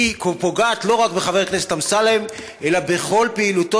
היא פוגעת לא רק בחבר הכנסת אמסלם אלא בכל פעילותו